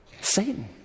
Satan